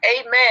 Amen